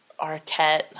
Arquette